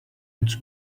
its